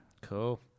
Cool